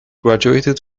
graduated